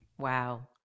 Wow